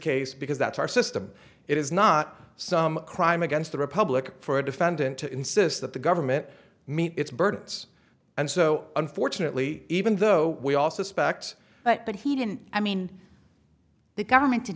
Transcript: case because that's our system it is not some crime against the republic for a defendant to insist that the government meet its birds and so unfortunately even though we also suspect that but he didn't i mean the government did